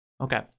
Okay